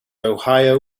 ohio